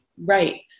Right